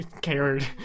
cared